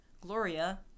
Gloria